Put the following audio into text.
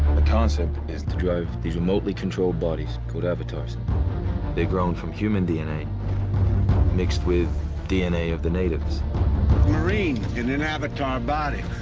the concept is to drive these remotely controlled bodies called avatars they've grown from human dna mixed with dna of the natives a marine in an avatar body.